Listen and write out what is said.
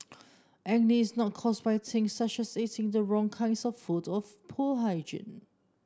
acne is not caused by things such as eating the wrong kinds of food or poor hygiene